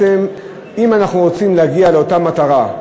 שאם אנחנו רוצים להגיע לאותה מטרה,